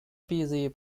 busy